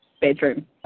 bedroom